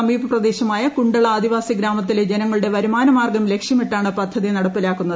സമീപ പ്രദേശമായ കുണ്ടള ആദിവാസി ഗ്രാമത്തിലെ ജനങ്ങളുടെ വരുമാന മാർഗ്ഗം ലക്ഷ്യമിട്ടാണ് പദ്ധതി നടപ്പിലാക്കുന്നത്